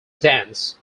dance